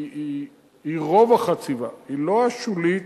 שם היא לא השולית,